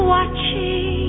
Watching